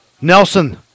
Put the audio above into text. Nelson